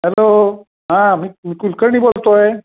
hello हा मी कुलकर्णी बोलतो आहे